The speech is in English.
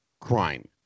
crime